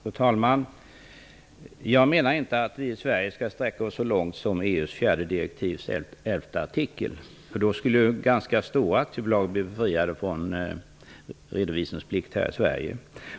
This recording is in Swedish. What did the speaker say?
Fru talman! Jag menar inte att vi i Sverige skall sträcka oss så långt som i Artikel 11 i EU:s fjärde direktiv. Då skulle ganska stora aktiebolag bli befriade från redovisningsplikt i Sverige.